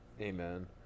Amen